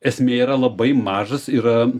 esmė yra labai mažas yra